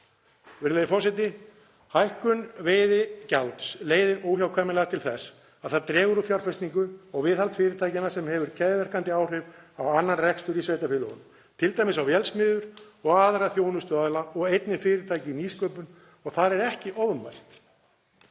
sveitarfélögum. Hækkun veiðigjalds leiðir óhjákvæmilega til þess að það dregur úr fjárfestingu og viðhaldi fyrirtækjanna sem hefur keðjuverkandi áhrif á annan rekstur í sveitarfélögunum, t.d. á vélsmiðjur og aðra þjónustuaðila og einnig fyrirtæki í nýsköpun og þar er ekki ofmælt.